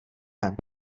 ven